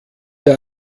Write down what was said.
der